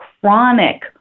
chronic